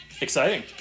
Exciting